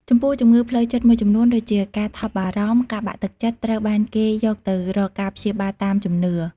ចំពោះជំងឺផ្លូវចិត្តមួយចំនួនដូចជា ការថប់បារម្ភ ការបាក់ទឹកចិត្ត ត្រូវបានគេយកទៅរកការព្យាបាលតាមជំនឿ។